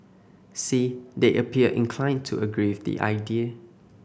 see they appear inclined to agree with the idea